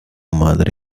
madre